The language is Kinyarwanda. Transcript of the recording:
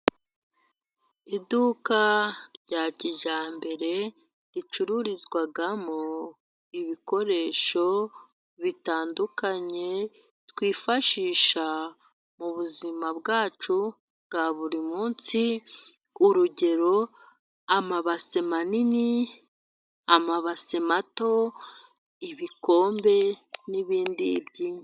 Iduka rya kijyambere ricururizwamo ibikoresho bitandukanye twifashisha muzima bwacu bwa buri munsi. Urugero amabase manini, amabase mato, ibikombe, n'ibindi byinshi.